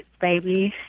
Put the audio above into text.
baby